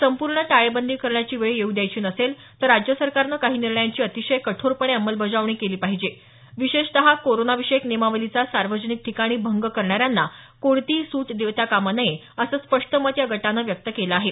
संपूर्ण टाळेबंदी करण्याची वेळ येऊ द्यायची नसेल तर राज्य सरकारने काही निर्णयांची अतिशय कठोरपणे अंमलबजावणी केली पाहिजे विशेषतः कोरोनाविषयक नियमावलीचा सार्वजनिक ठिकाणी भंग करणाऱ्यांना कोणतीही सूट देता कामा नये असं स्पष्ट मत या गटानं व्यक्त केलं आहे